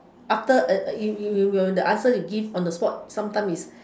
after uh you you you you'll the answer you give on the spot sometime is